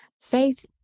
Faith